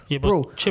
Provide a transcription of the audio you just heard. Bro